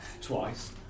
twice